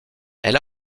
elle